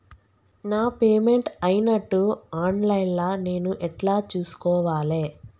నా పేమెంట్ అయినట్టు online లా నేను ఎట్ల చూస్కోవాలే?